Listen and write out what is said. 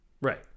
Right